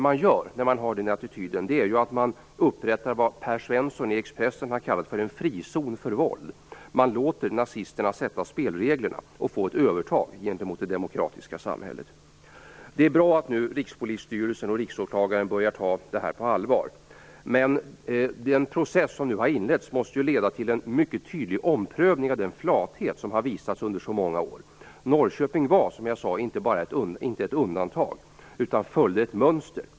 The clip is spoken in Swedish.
Med den attityden upprättar man vad Per Svensson i Expressen har kallat en frizon för våld. Man låter nazisterna sätta upp spelreglerna och få ett övertag gentemot det demokratiska samhället. Det är bra att rikspolisstyrelsen och riksåklagaren börjar ta det här på allvar. Men den process som nu har inletts måste leda till en mycket tydlig omprövning av den flathet som visats under så många år. Norrköping var inte ett undantag, utan följde ett mönster.